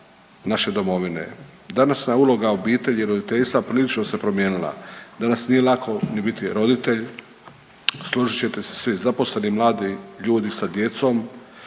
naše domovine. Današnja uloga obitelji i roditeljstva prilično se promijenila. Danas nije lako ni biti roditelj, složit ćete se svi. Zaposleni mladi ljudi sa djecom,